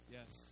Yes